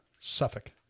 Suffolk